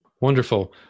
Wonderful